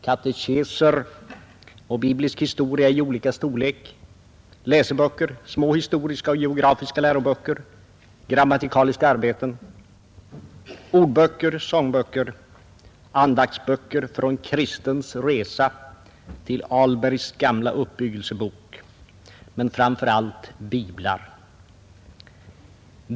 Katekeser och biblisk historia i olika storlek, läseböcker, små historiska och geografiska läroböcker, grammatikaliska arbeten, ordböcker, sångböcker, andaktsböcker från Kristens resa till Albergs gamla uppbyggelsebok, men framför allt biblar.